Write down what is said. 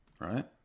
right